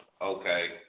Okay